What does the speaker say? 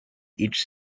each